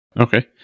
Okay